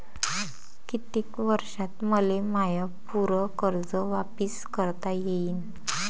कितीक वर्षात मले माय पूर कर्ज वापिस करता येईन?